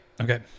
Okay